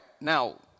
Now